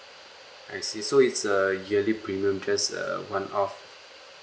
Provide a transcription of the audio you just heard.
I see so it's a yearly premium just a one off